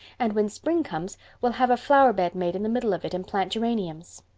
and when spring comes we'll have a flower-bed made in the middle of it and plant geraniums.